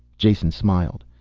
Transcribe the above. jason smiled.